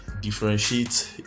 differentiate